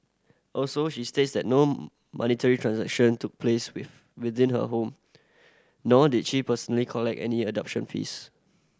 also she states that no monetary transaction took place with within her home nor did she personally collect any adoption fees